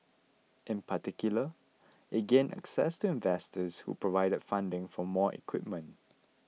in particular it gained access to investors who provided funding for more equipment